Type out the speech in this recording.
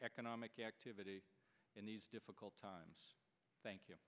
economic activity in these difficult times thank you